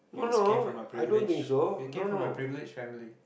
he was came from a privileged he came from a privileged family